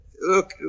look